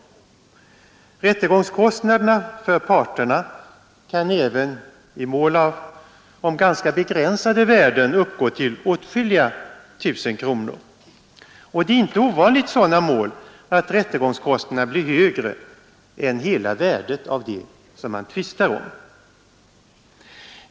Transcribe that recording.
Rättegångskostnaderna för parterna kan även i mål om ganska begränsade värden uppgå till åtskilliga tusen kronor, och det är inte ovanligt i sådana mål att rättegångskostnaderna blir högre än hela värdet av det som man tvistar om.